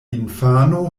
infano